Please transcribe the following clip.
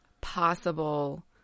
possible